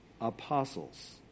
apostles